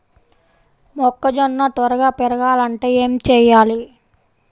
మొక్కజోన్న త్వరగా పెరగాలంటే ఏమి చెయ్యాలి?